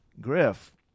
Griff